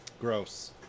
Gross